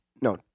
no